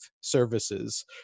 services